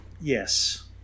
Yes